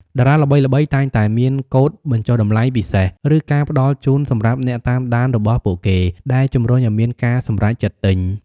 តារាល្បីៗតែងតែមានកូដបញ្ចុះតម្លៃពិសេស ឬការផ្តល់ជូនសម្រាប់អ្នកតាមដានរបស់ពួកគេ ដែលជំរុញឲ្យមានការសម្រេចចិត្តទិញ។